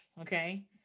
okay